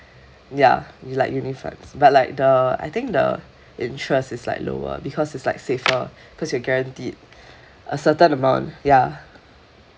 ya like unit funds but like the I think the interest is like lower because is like safer cause you're guaranteed a certain amount ya